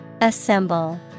Assemble